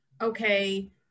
okay